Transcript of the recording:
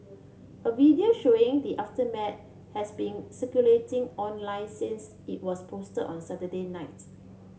a video showing the aftermath has been circulating online since it was posted on Saturday nights